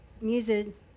music